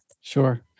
Sure